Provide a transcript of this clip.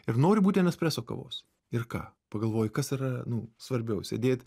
ir noriu būten espreso kavos ir ką pagalvoji kas yra nu svarbiau sėdėt